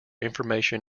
information